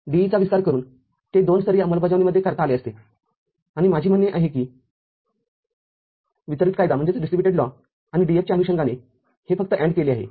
D E चा विस्तार करून ते दोन स्तरीय अंबालबजावणीमध्ये करता आले असतेआणि माझे म्हणणे आहे की वितरित कायदा आणि D F च्या अनुषंगाने हे फक्त AND केले आहे